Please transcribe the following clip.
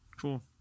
Cool